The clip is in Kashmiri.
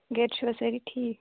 گَرِ چھِوا سأری ٹھیٖک